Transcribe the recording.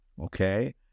okay